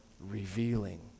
revealing